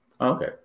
Okay